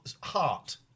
heart